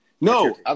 no